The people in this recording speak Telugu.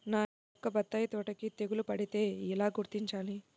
నా యొక్క బత్తాయి తోటకి తెగులు పడితే ఎలా గుర్తించాలి?